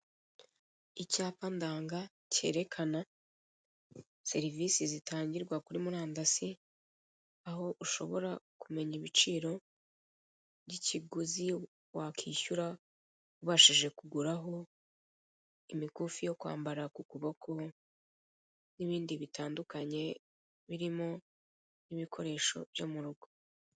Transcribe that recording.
Icyapa ndanga cyerekana serivise zitangirwa kuri murandasi aho ushobora kumenya ibiciro by'ikiguzi wakishyura ubashije kuguraho, imikufi yo kwambara ku kuboko n'ibindi bitandukanye birimo n'ibikoresho byo mu rugo.